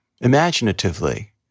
imaginatively